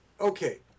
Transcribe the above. Okay